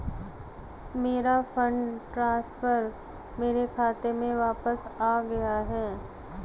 मेरा fund transfer मेरे खाते में वापस आ गया है